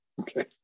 Okay